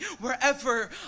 wherever